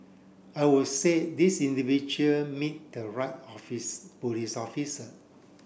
I would say this individual meet the right office police officer